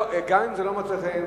גם אם זה לא מוצא חן,